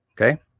Okay